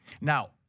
Now